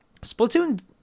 Splatoon